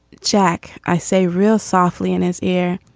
jack. i say real softly in his ear.